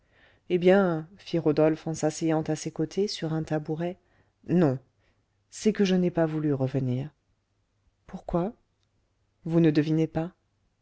eh bien fit rodolphe en s'asseyant à ses côtés sur un tabouret non c'est que je n'ai pas voulu revenir pourquoi vous ne devinez pas